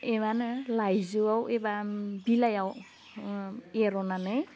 एरनानै लाइजौवाव एबा बिलाइयाव एर'ननानै